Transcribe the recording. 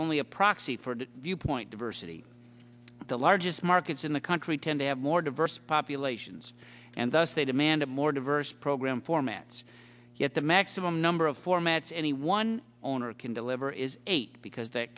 only a proxy for viewpoint diversity the largest markets in the country tend to have more diverse populations and thus they demand a more diverse program formats yet the maximum number of formats anyone on earth can deliver is eight because th